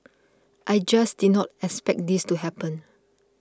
I just did not expect this to happen